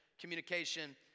communication